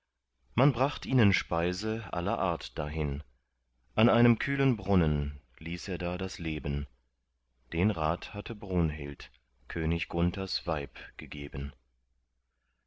man bracht ihnen speise aller art dahin an einem kühlen brunnen ließ er da das leben den rat hatte brunhild könig gunthers weib gegeben